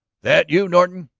that you, norton?